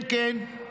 כן, כן,